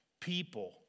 people